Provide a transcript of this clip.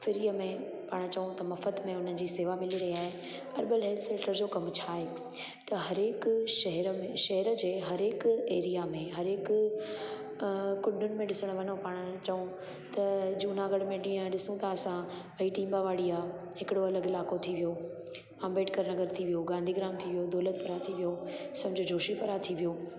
फ्रीअ में पाण चऊं त मुफ़्ति में उन्हनि जी सेवा मिली रही आहे अर्बन हेल्थ सेंटर जो कमु छा आहे त हरहिक शहर शहर में शहर जे हर हिक एरिया में हर हिक कुंडुनि में ॾिसण वञू पाण चऊं त जूनागढ़ में जीअं ॾिसूं था असां भई टीमावाड़ी आहे हिकिड़ो अलॻि इलाइक़ो थी वियो अम्बेडकर नगर थी वियो गांधी ग्राम थी वियो दौलत पुरा थी वियो सम्झो जोशी पुरा थी वियो